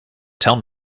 tell